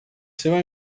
seva